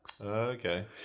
Okay